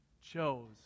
chose